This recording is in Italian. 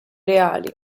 reali